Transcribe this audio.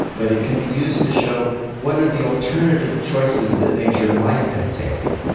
but it can be used to show what are the alternative choices that nature might have taken.